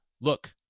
look